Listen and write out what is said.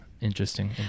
interesting